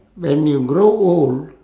when you grow old